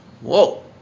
Whoa